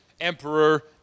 Emperor